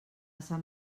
sant